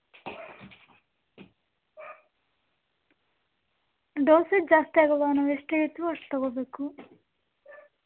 dosage ಜಾಸ್ತಿ ಆಗಲ್ವಾ ನಾವು ಎಷ್ಟು ಹೇಳ್ತೀವೋ ಅಷ್ಟು ತೊಗೋಬೇಕು